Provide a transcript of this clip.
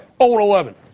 0-11